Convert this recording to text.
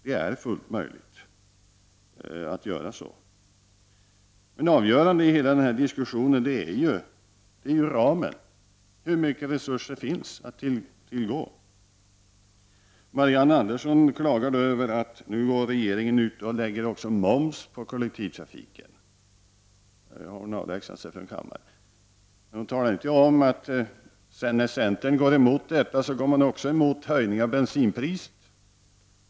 Det är fullt möjligt att göra så. Avgörande i hela denna diskussion är ramen — hur mycket resurser som finns att tillgå. Marianne Andersson klagar på att regeringen nu lägger moms också på kollektivtrafiken — nu har hon visserligen avlägsnat sig från kammaren. Men hon talar inte om att centern, när man går emot detta, också går emot en höjning av bensinpriset.